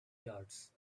yards